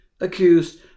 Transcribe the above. Accused